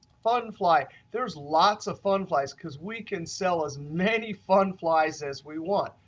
fun fly, there's lots of fun flies because we can sell as many fun flies as we want.